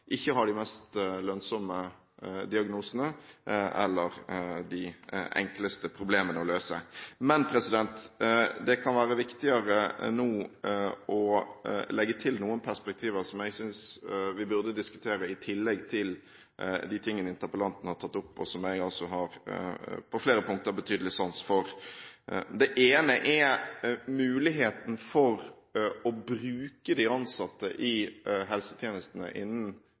ikke har de mest lønnsomme diagnosene, eller de enkleste problemene å løse. Men det kan være viktigere nå å legge til noen perspektiver som jeg synes vi bør diskutere, i tillegg til de tingene interpellanten har tatt opp, og som jeg på flere punkter har betydelig sans for. Det ene er muligheten for å bruke kunnskapene og ressursene til de ansatte i helsetjenestene